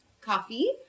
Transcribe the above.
Coffee